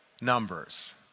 Numbers